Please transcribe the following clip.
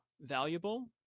valuable